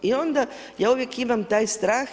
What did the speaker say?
I onda ja uvijek imam taj strah.